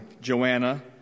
Joanna